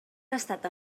gastat